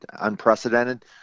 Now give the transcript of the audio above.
unprecedented